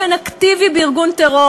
כך מדינה אינה חייבת להסכים שיחסלוה